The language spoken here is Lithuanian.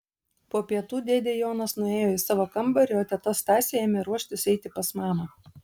po pietų dėdė jonas nuėjo į savo kambarį o teta stasė ėmė ruoštis eiti pas mamą